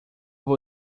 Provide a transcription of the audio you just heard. vou